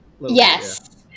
Yes